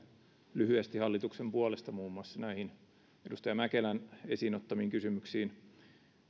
lyhyesti hallituksen puolesta muun muassa näihin edustaja mäkelän esiin ottamiin kysymyksiin